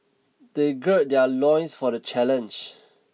they gird their loins for the challenge